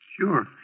sure